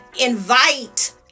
invite